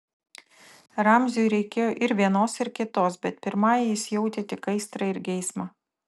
ramziui reikėjo ir vienos ir kitos bet pirmajai jis jautė tik aistrą ir geismą